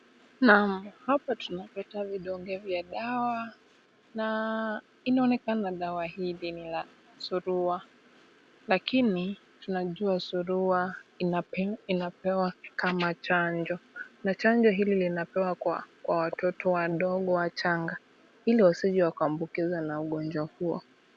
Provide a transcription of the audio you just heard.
Naam, hapa tunapata vidonge vya dawa na inaonekana dawa hii na ya suruwa. Lakini tunajua surua inapewa kama chanjo. Na chanjo hili linapewa kwa watoto wadogo wachanga ili wasije wakaambukizwa na ugonjwa huo.